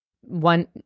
One